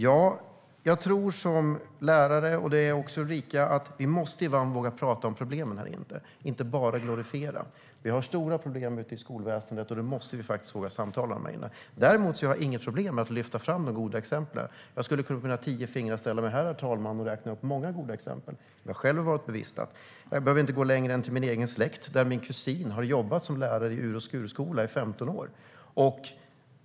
Ja, jag tror som lärare - det är också Ulrica - att vi måste våga prata om problemen och inte bara glorifiera. Vi har stora problem i skolväsendet. Det måste vi faktiskt våga samtala om här inne. Däremot har jag inget problem med att lyfta fram goda exempel. Jag skulle med mina tio fingrar kunna ställa mig här och räkna upp många goda exempel som jag själv har bevittnat. Jag behöver inte gå längre än till min egen släkt. Min kusin har jobbat som lärare på I ur och skur-skola i 15 år.